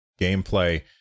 gameplay